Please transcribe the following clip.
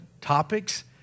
topics